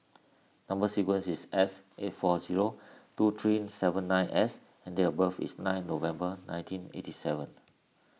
Number Sequence is S eight four zero two three seven nine S and date of birth is nine November nineteen eighty seven